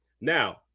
Now